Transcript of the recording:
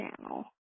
channel